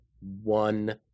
one